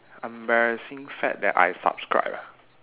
embarrassing fad that I subscribed ah